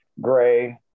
Gray